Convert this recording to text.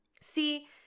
See